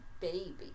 baby